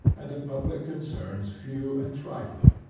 and the public concerns few and trifling.